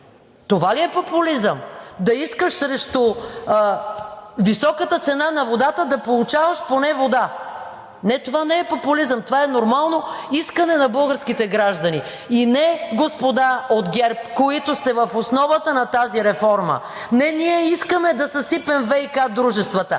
Това ли е популизъм – да искаш срещу високата цена на водата да получаваш поне вода? Не, това не е популизъм! Това е нормално искане на българските граждани. И, не, господа от ГЕРБ, които сте в основата на тази реформа – не ние искаме да съсипем ВиК дружествата,